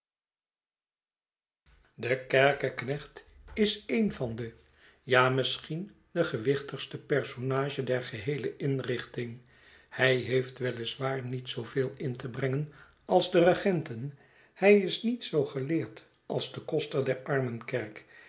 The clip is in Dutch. de kerkeknecht is een van de ja misschien de gewichtigste personage der geheele inrichting hij heeft we lis waar niet zoo veel in te br engen als de regenten hij is niet zoo geleerd als de koster der